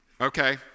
okay